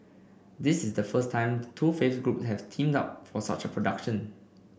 this is the first time the two faith groups have teamed up for such a production